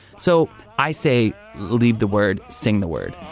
so i say leave the word sing the word.